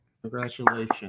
Congratulations